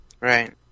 Right